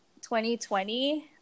2020